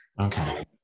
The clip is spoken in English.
okay